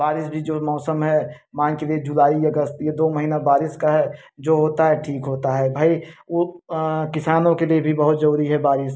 बारिश भी जो मौसम है मान के लिए जुलाई अगस्त ये दो महीना बारिश का है जो होता है ठीक होता है भाई वो किसानों के लिए भी बहुत जरूरी है बारिश